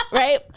right